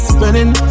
Spinning